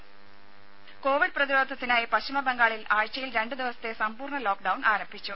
Rama covid പ്രതിരോധത്തിനായി പശ്ചിമ ബംഗാളിൽ ആഴ്ചയിൽ രണ്ട് ദിവസത്തെ സമ്പൂർണ്ണ ലോക്ഡൌൺ ആരംഭിച്ചു